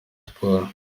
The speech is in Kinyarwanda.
sports